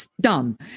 dumb